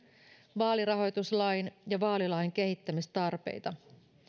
vaalirahoituslain ja vaalilain kehittämistarpeita